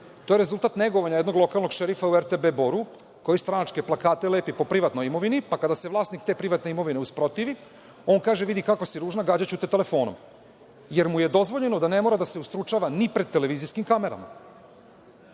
To je rezultat negovanja jednog lokalnog šerifa u RTB Boru koji stranačke plakate lepi po privatnoj imovini, pa kada se vlasnik te privatne imovine usprotivi, on kaže – vidi kako si ružna, gađaću te telefonom, jer mu je dozvoljeno da ne mora da se ustručava ni pred televizijskim kamerama.